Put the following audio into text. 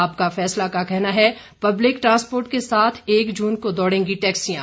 आपका फैसला का कहना है पब्लिक ट्रांसपोर्ट के साथ एक जून को दौड़ेंगी टैक्सियां